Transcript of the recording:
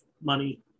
money